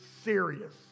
serious